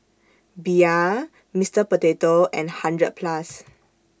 Bia Mister Potato and hundred Plus